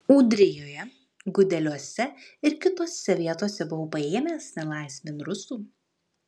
ūdrijoje gudeliuose ir kitose vietose buvau paėmęs nelaisvėn rusų